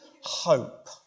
hope